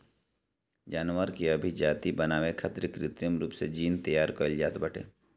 जानवर के अभिजाति बनावे खातिर कृत्रिम रूप से जीन तैयार कईल जात बाटे